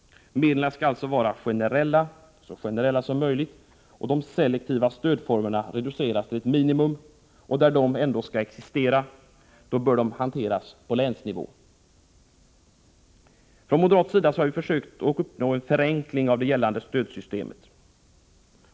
Medlen skall alltså vara så generella som möjligt, och de selektiva stödformerna reduceras till ett minimum, och där de skall existera bör de hanteras på länsnivå. Från moderat sida har vi också försökt uppnå en förenkling av gällande stödsystem.